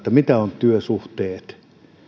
mitä ovat työsuhteet